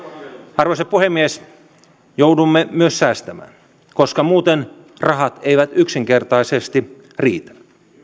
arvoisa puhemies joudumme myös säästämään koska muuten rahat eivät yksinkertaisesti riitä